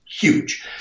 huge